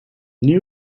new